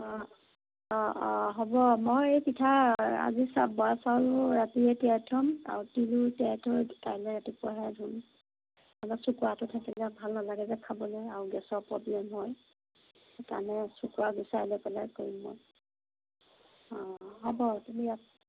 অ' অ' অ' হ'ব মই এই পিঠা আজি বৰা চাউলো ৰাতিয়েই তিয়াই থম আৰু তিলো তিয়াই থৈ কাইলৈ ৰাতিপুৱাহে ধুম অলপ শুকোৱাটো থাকিলে ভাল নলাগে যে খাবলৈ আৰু গেছৰ প্ৰব্লেম হয় সেইকাৰণে শুকোৱা পিঠা লৈ পেলাই কৰিম মই অ' হ'ব তুমি